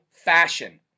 fashion